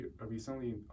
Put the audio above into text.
recently